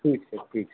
ठीक छै ठीक छै